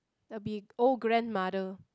that'll be old grandmother